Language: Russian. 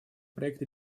проект